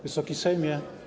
Wysoki Sejmie!